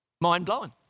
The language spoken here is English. Mind-blowing